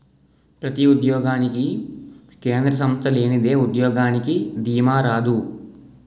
ప్రతి ఉద్యోగానికి కేంద్ర సంస్థ లేనిదే ఉద్యోగానికి దీమా రాదు